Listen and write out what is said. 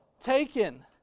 taken